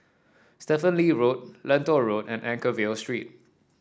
Stephen Lee Road Lentor Road and Anchorvale Street